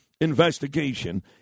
investigation